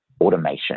automation